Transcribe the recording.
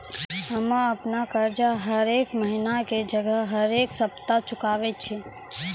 हम्मे अपनो कर्जा हरेक महिना के जगह हरेक सप्ताह चुकाबै छियै